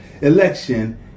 election